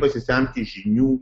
pasisemti žinių